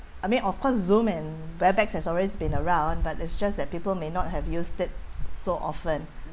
I mean of course Zoom and bare~ have always been around but it's just that people may not have used it so often